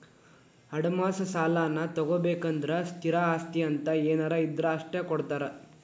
ಅಡಮಾನ ಸಾಲಾನಾ ತೊಗೋಬೇಕಂದ್ರ ಸ್ಥಿರ ಆಸ್ತಿ ಅಂತ ಏನಾರ ಇದ್ರ ಅಷ್ಟ ಕೊಡ್ತಾರಾ